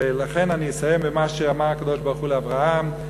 ולכן אני אסיים במה שאמר הקדוש-ברוך-הוא לאברהם,